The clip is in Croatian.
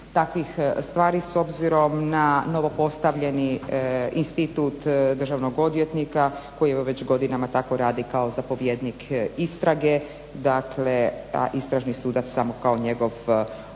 takvih stvari s obzirom na novopostavljeni institut državnog odvjetnika koji evo već godinama tako radi kao zapovjednik istrage, dakle a istražni sudac samo kao njegov kontrolor.